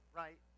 right